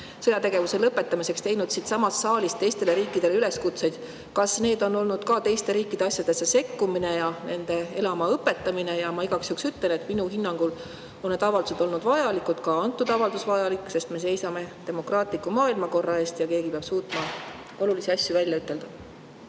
sõjategevuse lõpetamiseks teinud siitsamast saalist teistele riikidele üleskutseid, kas need on olnud ka teiste riikide asjadesse sekkumine ja nende elama õpetamine? Ma igaks juhuks ütlen, et minu hinnangul on need avaldused olnud vajalikud, ka antud avaldus on vajalik, sest me seisame demokraatliku maailmakorra eest. Ja keegi peab suutma olulisi asju välja ütelda.